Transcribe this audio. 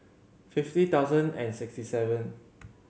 fifty thousand and sixty seven